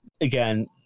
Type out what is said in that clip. again